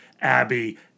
Abby